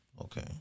Okay